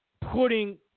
putting